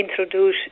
introduce